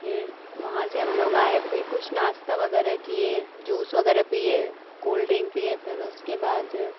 फिर वहाँ से हम लोग आए फिर कुछ नाश्ता वग़ैरह किए जूस वग़ैरह पिए कोल ड्रिंक पिए फिर उसके बाद